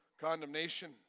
condemnation